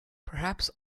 perhaps